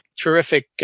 terrific